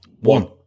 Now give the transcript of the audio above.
One